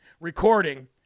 recording